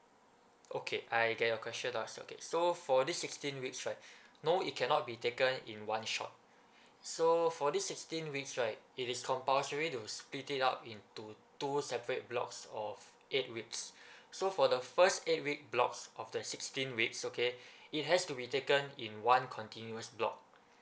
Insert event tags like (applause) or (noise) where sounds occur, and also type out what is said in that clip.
okay I get your question lost okay so for this sixteen weeks right (breath) no it cannot be taken in one shot so for this sixteen weeks right it is compulsory to split it up into two separate blocks of eight weeks (breath) so for the first eight week blocks of the sixteen weeks okay (breath) it has to be taken in one continuous block